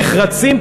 נחרצים,